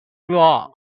war